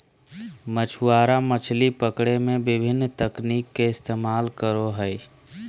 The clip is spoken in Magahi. मछुआरा मछली पकड़े में विभिन्न तकनीक के इस्तेमाल करो हइ